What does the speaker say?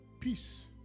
peace